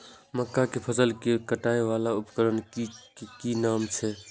मक्का के फसल कै काटय वाला उपकरण के कि नाम छै?